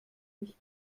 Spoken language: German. nicht